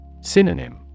Synonym